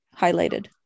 highlighted